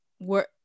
work